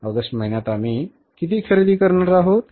August महिन्यात आम्ही किती खरेदी करणार आहोत